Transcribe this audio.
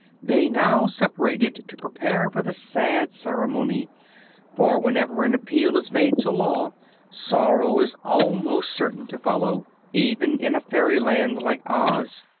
they now separated to prepare for the sad ceremony for whenever an appeal is made to law sorrow is almost certain to follow even in a fairyland like oz.